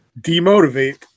Demotivate